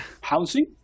housing